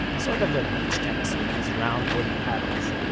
sort of ah beach tennis with these round wooden paddles.